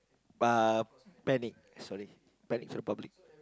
ah panic sorry panic to the public